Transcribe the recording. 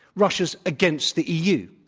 russia's against the eu.